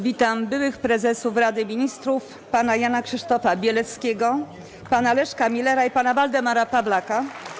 Witam byłych prezesów Rady Ministrów pana Jana Krzysztofa Bieleckiego, pana Leszka Millera i pana Waldemara Pawlaka.